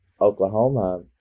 Oklahoma